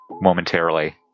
momentarily